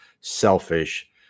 selfish